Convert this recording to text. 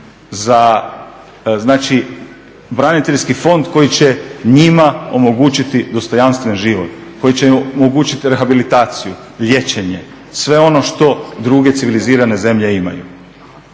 za znači braniteljski fond koji će njima omogućiti dostojanstven život, koji će omogućiti rehabilitaciju, liječenje sve ono što druge civilizirane zemlje imaju.